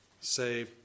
say